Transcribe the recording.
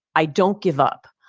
i don't give up.